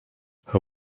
her